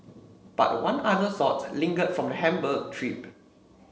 but one other thought lingered from the Hamburg trip